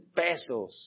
pesos